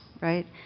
right